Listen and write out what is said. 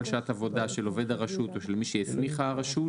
שעת עבודה של עובד הרשות או של מי שהסמיכה הרשות,